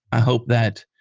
i hope that,